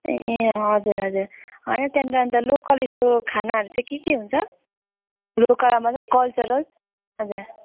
ए हजुर हजुर होइन त्यहाँनिर अन्त लोकल यस्तो खानाहरू चाहिँ के के हुन्छ लोकल मतलब कल्चरल हजुर